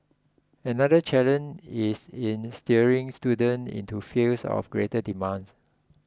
another challenge is in steering students into fields of greater demand